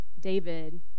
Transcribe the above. David